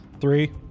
Three